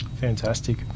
Fantastic